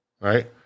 right